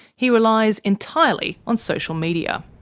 he relies entirely on social media.